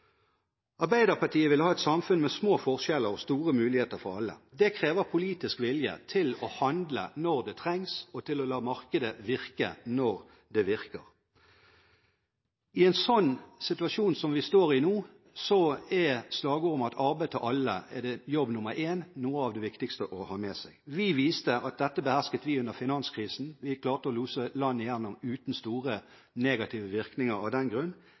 Arbeiderpartiet vil ha et samfunn med små forskjeller og store muligheter for alle. Det krever politisk vilje til å handle når det trengs, og til å la markedet virke når det virker. I en sånn situasjon som vi står i nå, er slagordet om at arbeid til alle er jobb nr. én noe av det viktigste å få med seg. Vi viste at dette behersket vi under finanskrisen. Vi klarte å lose landet igjennom uten store negative virkninger av den grunn.